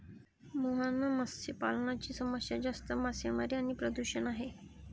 मुहाना मत्स्य पालनाची समस्या जास्त मासेमारी आणि प्रदूषण आहे